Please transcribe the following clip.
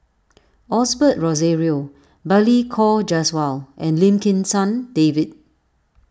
Osbert Rozario Balli Kaur Jaswal and Lim Kim San David